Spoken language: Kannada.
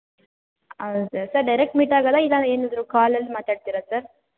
ಹೌದಾ ಸರ್ ಸರ್ ಡೈರೆಕ್ಟ್ ಮೀಟಾಗೋದಾ ಇಲ್ಲ ಏನಿದ್ದರೂ ಕಾಲಲ್ಲಿ ಮಾತಾಡ್ತೀರಾ ಸರ್